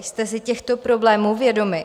Jste si těchto problémů vědomi?